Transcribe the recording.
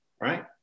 right